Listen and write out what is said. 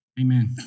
Amen